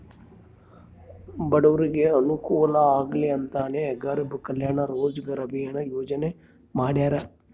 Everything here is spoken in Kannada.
ಬಡೂರಿಗೆ ಅನುಕೂಲ ಆಗ್ಲಿ ಅಂತನೇ ಗರೀಬ್ ಕಲ್ಯಾಣ್ ರೋಜಗಾರ್ ಅಭಿಯನ್ ಯೋಜನೆ ಮಾಡಾರ